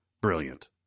brilliant